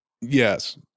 Yes